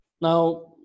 Now